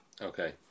Okay